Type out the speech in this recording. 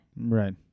Right